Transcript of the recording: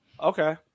Okay